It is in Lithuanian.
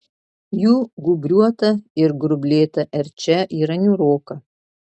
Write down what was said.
jų gūbriuota ir grublėta erčia yra niūroka